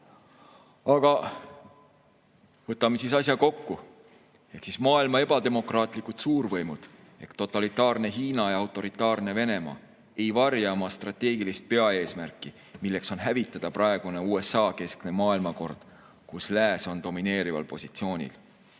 Aga võtame siis asja kokku. Maailma ebademokraatlikud suurvõimud ehk totalitaarne Hiina ja autoritaarne Venemaa ei varja oma strateegilist peaeesmärki, milleks on hävitada praegune USA-keskne maailmakord, kus lääs on domineerival positsioonil.